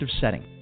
setting